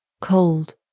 cold